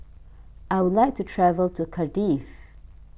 I would like to travel to Cardiff